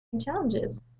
challenges